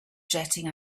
jetting